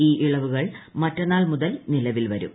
ഈ ഇളവുക്ൾ മിറ്റെന്നാൾ മുതൽ നിലവിൽ വരും